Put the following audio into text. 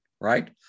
right